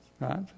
right